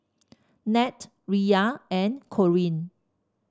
Nat Riya and Corinne